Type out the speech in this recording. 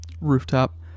rooftop